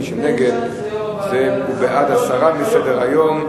מי שנגד הוא בעד הסרה מסדר-היום.